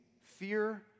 fear